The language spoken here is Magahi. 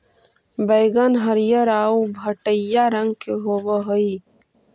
बइगन हरियर आउ भँटईआ रंग के होब हई